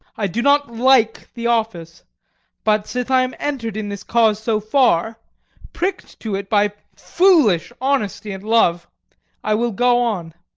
i do not like the office but, sith i am enter'd in this cause so far prick'd to it by foolish honesty and love i will go on.